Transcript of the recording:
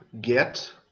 get